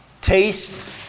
Taste